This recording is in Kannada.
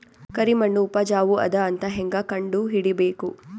ಕರಿಮಣ್ಣು ಉಪಜಾವು ಅದ ಅಂತ ಹೇಂಗ ಕಂಡುಹಿಡಿಬೇಕು?